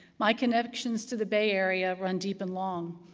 my connections to the bay area run deep and long.